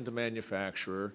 in to manufacture